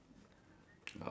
you saw it you saw it